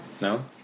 No